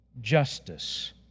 justice